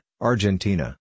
Argentina